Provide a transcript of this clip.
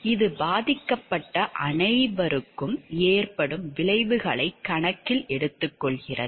இது பாதிக்கப்பட்ட அனைவருக்கும் ஏற்படும் விளைவுகளை கணக்கில் எடுத்துக்கொள்கிறது